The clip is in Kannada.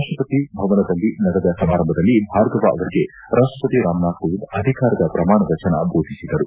ರಾಷ್ಟಪತಿ ಭವನದಲ್ಲಿ ನಡೆದ ಸಮಾರಂಭದಲ್ಲಿ ಭಾರ್ಗವ ಅವರಿಗೆ ರಾಷ್ಟಪತಿ ರಾಮನಾಥ್ ಕೋವಿಂದ್ ಅಧಿಕಾರದ ಪ್ರಮಾಣವಚನ ಭೋದಿಸಿದರು